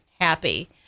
happy